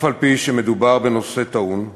אף-על-פי שמדובר בנושא טעון,